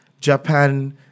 Japan